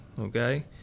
okay